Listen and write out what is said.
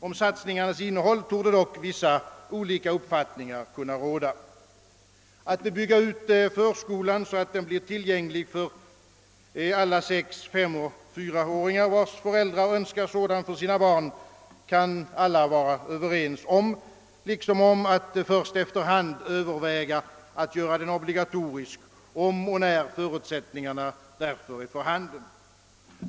Om satsningarnas innehåll torde dock i viss utsträckning olika uppfattningar råda. Att bygga ut förskolan så att den blir tillgänglig för alla sex-, femoch fyraåringar, vilkas föräldrar önskar sådan för sina barn, kan alla vara överens om, liksom om att först efter hand överväga att göra den obligatorisk, om och när förutsättningarna därför är för handen.